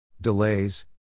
delays